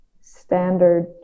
standard